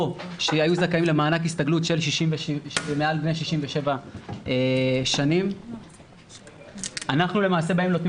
או שהיו זכאים למענק הסתגלות והם מעל גיל 67. אנחנו למעשה נותנים